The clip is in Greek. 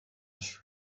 σου